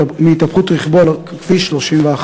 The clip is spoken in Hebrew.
בהתהפכות רכבו על כביש 31,